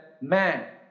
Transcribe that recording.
man